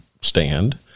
stand